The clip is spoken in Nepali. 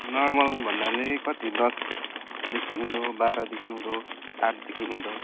नर्मल भन्नाले कति दसदेखि उँधो बाह्रदेखि उँधो आठदेखि उँधो